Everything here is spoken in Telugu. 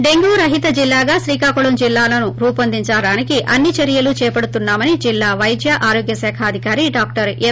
డెంగ్యూ రహిత జిల్లాగా శ్రీకాకుళం జిల్లాను రూపొందించడానికి అన్ని రకాల చర్యలు చేపడుతున్నామని జిల్లా వైద్య ఆరోగ్య శాఖ అధికారి డాక్టర్ ఎం